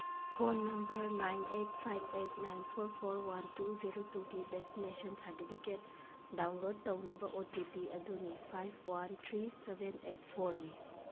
phone number nine eight five eight nine four four one two zero ꯇꯨꯒꯤ vaccination certificate download ꯇꯧꯅꯕ O T P ꯑꯗꯨꯅꯤ five one three seven eight ꯐꯣꯔꯅꯤ